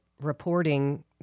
reporting